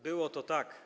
Było to tak.